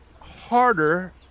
harder